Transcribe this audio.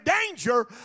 danger